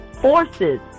forces